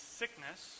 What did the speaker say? sickness